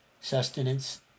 sustenance